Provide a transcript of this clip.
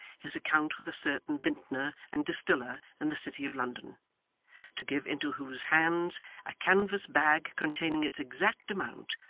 his account with a certain vintner and distiller in the city of london to give into whose hands a canvas bag containing its exact amount,